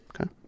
Okay